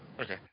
Okay